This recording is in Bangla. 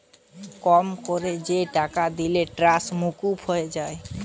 কম কোরে যে টাকা দিলে ট্যাক্স মুকুব হয়ে যায়